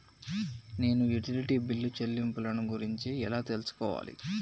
నేను utility bill చెల్లింపులను గురించి ఎలా తెలుసుకోవాలి?